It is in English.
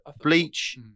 bleach